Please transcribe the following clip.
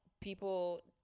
people